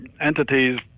entities